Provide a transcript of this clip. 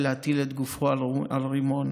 ולהטיל את גופו על הרימון.